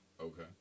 Okay